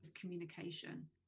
communication